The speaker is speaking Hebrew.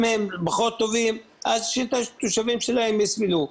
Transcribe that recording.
אם הם פחות טובים, אז שהתושבים שלהם יסבלו.